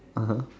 (uh huh)